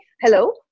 hello